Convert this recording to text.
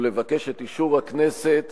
ולבקש את אישור הכנסת